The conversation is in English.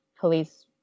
police